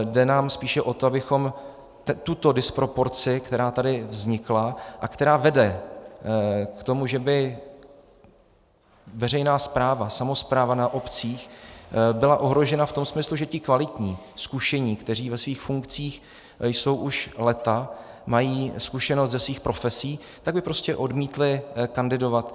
Jde nám spíše o to, abychom tuto disproporci, která tady vznikla a která vede k tomu, že by veřejná správa, samospráva na obcích byla ohrožena v tom smyslu, že by ti kvalitní, zkušení, kteří ve svých funkcích jsou už léta, mají zkušenost ze svých profesí, prostě odmítli kandidovat.